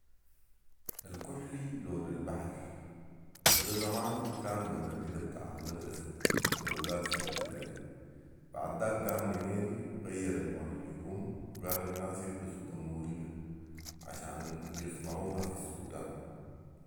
الكحلي لون البحر وده زمان كان لون الردا بتاع المدرسه للاولاد في البتدائي بعداك قام نميري غير الوان الهدوم وقال الناس يلبسوا دموريه عشان بيصنعوها في السودان